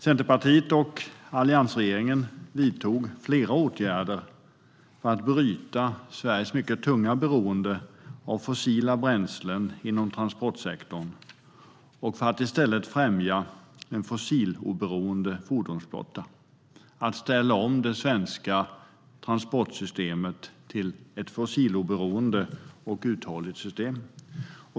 Centerpartiet och alliansregeringen vidtog flera åtgärder för att bryta Sveriges mycket tunga beroende av fossila bränslen inom transportsektorn och i stället främja en fossiloberoende fordonsflotta och ställa om det svenska transportsystemet till ett fossiloberoende och uthålligt system.